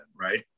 right